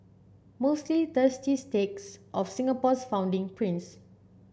mostly thirsty takes of Singapore's founding prince